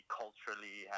culturally